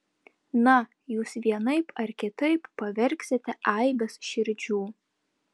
na jūs vienaip ar kitaip pavergsite aibes širdžių